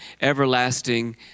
everlasting